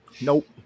Nope